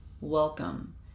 Welcome